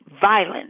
violence